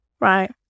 Right